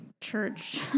church